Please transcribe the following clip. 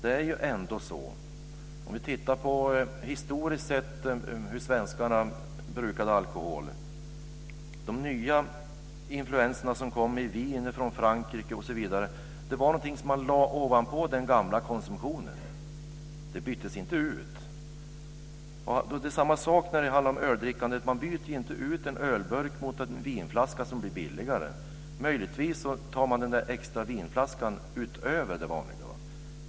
Vi kan titta på hur svenskarna historiskt sett har brukat alkohol. De nya influenserna som kom med vin från Frankrike osv. var någonting som lades ovanpå den gamla konsumtionen. Den byttes inte ut. Det är samma sak med öldrickandet. Man byter ju inte ut en ölburk mot en vinflaska som blir billigare. Möjligtvis tar man den extra vinflaskan utöver det vanliga.